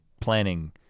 planning